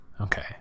Okay